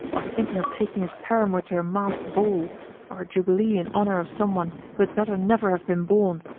or thinking of taking his paramour to a masked ball or a jubilee in honour of some one who had better never have been born!